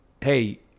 hey